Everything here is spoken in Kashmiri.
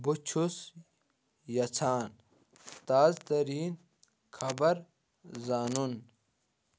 بہٕ چھُس یژھان تازٕ ترین خبر زانُن